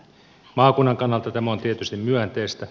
maakunnan kannalta tämä on tietysti myönteistä